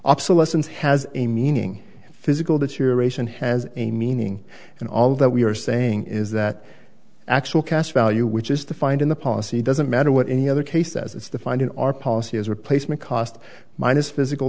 obsolescence has a meaning physical deterioration has a meaning and all that we are saying is that actual cash value which is the find in the policy doesn't matter what any other case says it's the finding our policy is replacement cost minus physical